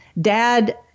Dad